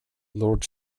lord